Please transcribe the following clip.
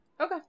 Okay